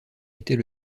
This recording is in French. était